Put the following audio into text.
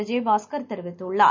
விஜயபாஸ்கர் தெரிவித்துள்ளார்